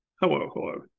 Hello